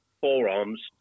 forearms